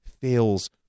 fails